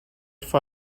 for